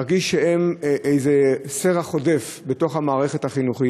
להרגיש שהן איזה סרח עודף בתוך המערכת החינוכית.